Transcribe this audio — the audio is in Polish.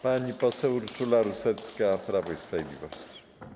Pani poseł Urszula Rusecka, Prawo i Sprawiedliwość.